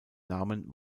namen